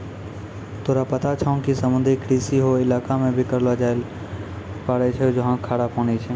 तोरा पता छौं कि समुद्री कृषि हौ इलाका मॅ भी करलो जाय ल पारै छौ जहाँ खारा पानी छै